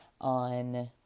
on